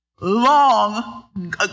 long